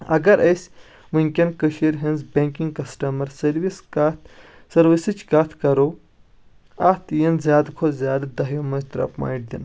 اگر أسۍ وُنکٮ۪ن کٔشیٖرِ ۂنٛز بینکِنگ کسٹمر سروِس کَتھ سٔروِسٕچ کتھ کرو اَتھ یِن زیٛادٕ کھۄتہٕ زیٛادٕ دہیو منٛز ترٛے پوینٹ دِنہٕ